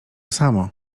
samo